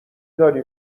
داری